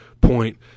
point